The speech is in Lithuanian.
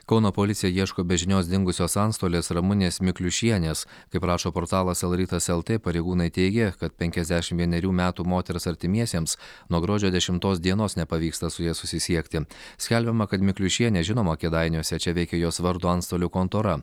kauno policija ieško be žinios dingusios antstolės ramunės mikliušienės kaip rašo portalas lrytas lt pareigūnai teigia kad penkiasdešim vienerių metų moters artimiesiems nuo gruodžio dešimtos dienos nepavyksta su ja susisiekti skelbiama kad mikliušienė žinoma kėdainiuose čia veikė jos vardo antstolių kontora